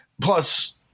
plus